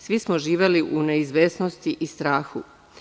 Svi smo živeli u neizvesnosti i strahu.